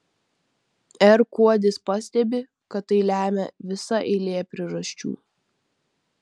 r kuodis pastebi kad tai lemia visa eilė priežasčių